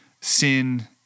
sin